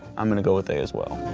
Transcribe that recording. i'm gonna go with a as well.